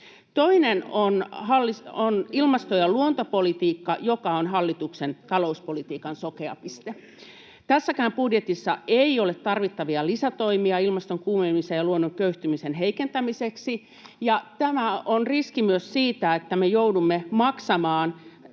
Toinen on ilmasto- ja luontopolitiikka, joka on hallituksen talouspolitiikan sokea piste. Tässäkään budjetissa ei ole tarvittavia lisätoimia ilmaston kuumenemisen ja luonnon köyhtymisen heikentämiseksi, ja tässä on myös se riski, että me joudumme maksamaan,